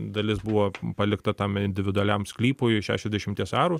dalis buvo palikta tam individualiam sklypui šešiasdešimties arų